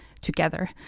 together